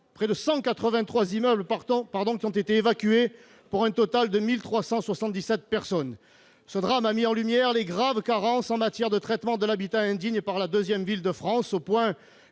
près de 183 immeubles ont été évacués pour un total de 1 377 personnes. Ce drame a mis en lumière de graves carences quant au traitement de l'habitat indigne par la deuxième ville de France, au point